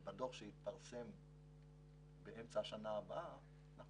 בדוח שיתפרסם באמצע השנה הבאה אנחנו